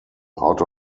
out